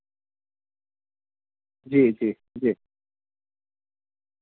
جی جی جی